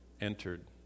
entered